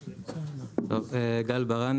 בבקשה.